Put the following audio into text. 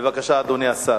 בבקשה, אדוני השר.